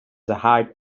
heart